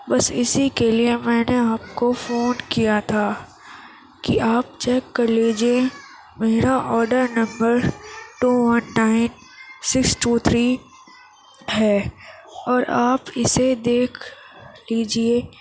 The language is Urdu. بس اسی کے لیے میں نے آپ کو فون کیا تھا کہ آپ چیک کر لیجیے میرا order number two one nine six two three ہے اور آپ اسے دیکھ لیجیے